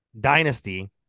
dynasty